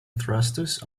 thrusters